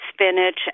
Spinach